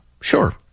Sure